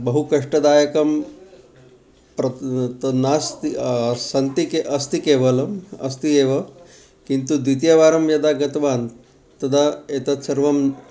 बहु कष्टदायकं नास्ति सन्ति के अस्ति केवलम् अस्ति एव किन्तु द्वितीयवारं यदा गतवान् तदा एतत् सर्वं